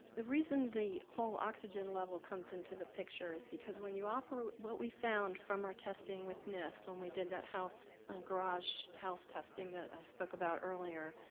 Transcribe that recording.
the reason the whole oxygen level comes in to the picture is because when you ah what we found from our testing with nist, when we did that house garage house testing that i spoke about earlier,